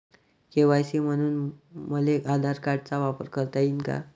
KYC म्हनून मले आधार कार्डाचा वापर करता येईन का?